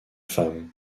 femmes